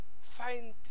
Find